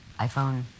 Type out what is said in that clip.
iPhone